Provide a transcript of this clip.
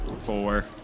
Four